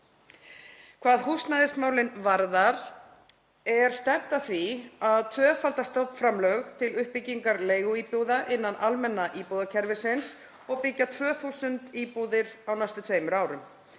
Hvað húsnæðismálin varðar er stefnt að því að tvöfalda stofnframlög til uppbyggingar leiguíbúða innan almenna íbúðakerfisins og byggja 2.000 íbúðir á næstu tveimur árum.